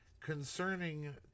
concerning